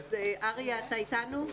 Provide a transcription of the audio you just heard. אריה, אתה איתנו?